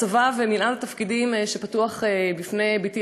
הצבא ומנעד התפקידים שפתוח בפני בתי